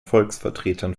volksvertretern